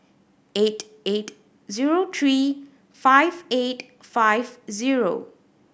eight eight zero three five eight five zero